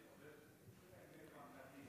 כן, חמש דקות,